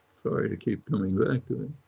sorry to keep coming back to it.